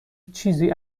چیزی